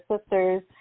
sisters